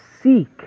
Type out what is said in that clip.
seek